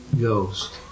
Ghost